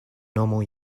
normal